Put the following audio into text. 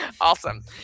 awesome